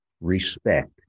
respect